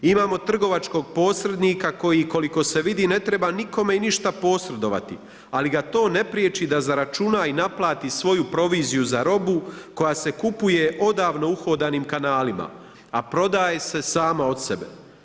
Imamo trgovačkog posrednika koji koliko se vidi, ne treba nikome i ništa posredovati, ali ga to ne prijeći da zaračuna i naplati svoju proviziju za robu koja se kupuje odavno uhodanim kanalima, a prodaje se sama od sebe.